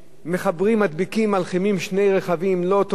מחברים, מדביקים, מלחימים שני רכבים, לא אותו רכב,